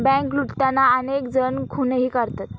bank लुटताना अनेक जण खूनही करतात